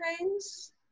trains